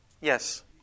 Yes